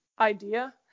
idea